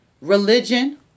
religion